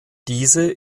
diese